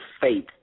faith